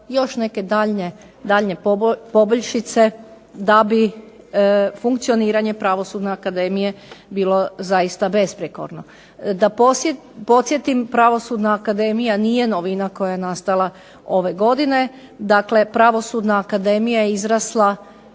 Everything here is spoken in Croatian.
još neke daljnje poboljšice da bi funkcioniranje Pravosudna akademije bilo zaista besprijekorno. Da podsjetim Pravosudna akademija nije novina koja je nastala ove godine. Dakle, Pravosudna akademija je izrasla